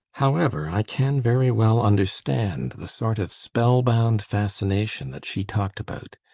however, i can very well understand the sort of spellbound fascination that she talked about.